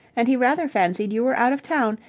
and he rather fancied you were out of town,